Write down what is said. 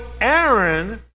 Aaron